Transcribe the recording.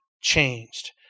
changed